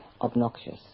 obnoxious